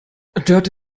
dörte